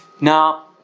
Now